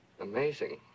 Amazing